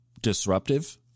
Disruptive